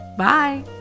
Bye